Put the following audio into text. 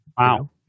Wow